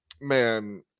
man